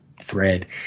thread